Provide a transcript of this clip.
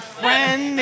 friend